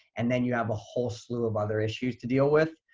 and then you have a whole slew of other issues to deal with.